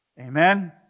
Amen